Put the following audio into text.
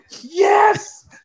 Yes